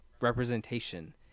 representation